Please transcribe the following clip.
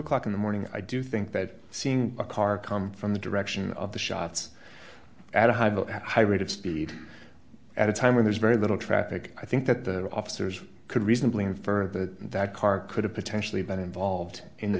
o'clock in the morning i do think that seeing a car come from the direction of the shots at a high level at high rate of speed at a time when there's very little traffic i think that the officers could reasonably infer that that car could have potentially been involved in the